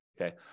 Okay